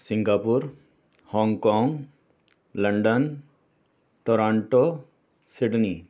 Singapore Hong Kong London Toronto Sydney